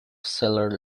seller